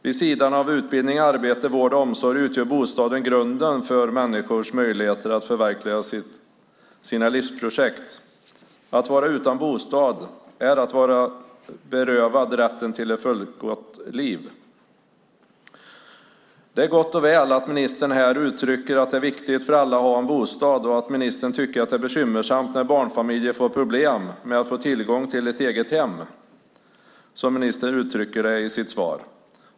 Vid sidan av utbildning, arbete, vård och omsorg utgör bostaden grunden för människors möjligheter att förverkliga sina livsprojekt. Att vara utan bostad är att vara berövad rätten till ett fullgott liv. Det är gott och väl att ministern här uttrycker att det är viktigt för alla att ha en bostad och att ministern tycker att det är bekymmersamt när barnfamiljer får problem med att få tillgång till ett eget hem, som ministern uttrycker det i sitt svar.